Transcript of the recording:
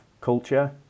culture